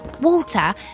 Walter